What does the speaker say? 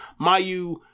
Mayu